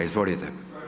Izvolite.